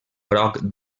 groc